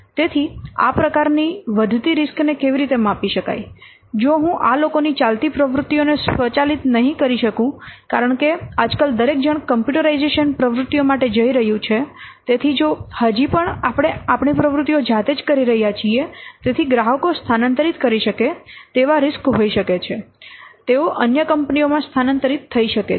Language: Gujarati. તેથી આ પ્રકારની વધતી રીસ્ક ને કેવી રીતે માપી શકાય જો હું આ લોકોની ચાલતી પ્રવૃત્તિઓને સ્વચાલિત નહીં કરી શકું કારણ કે આજકાલ દરેક જણ કોમ્પ્યુટરાઇઝેશન પ્રવૃત્તિઓ માટે જઇ રહ્યું છે તેથી જો હજી પણ આપણે આપણી પ્રવૃત્તિઓ જાતે જ કરી રહ્યા છીએ તેથી ગ્રાહકો સ્થાનાંતરિત કરી શકે તેવા રીસ્ક હોઈ શકે છે અન્ય કંપનીઓમાં સ્થાનાંતરિત થઈ શકે છે